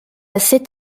cet